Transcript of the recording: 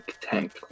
tank